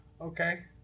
Okay